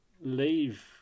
leave